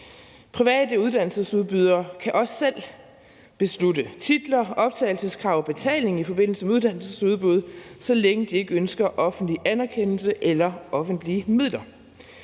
Private uddannelsesudbydere kan også selv beslutte titler, optagelseskrav og betaling i forbindelse med uddannelsesudbud, så længe de ikke ønsker offentlig anerkendelse eller offentlige midler.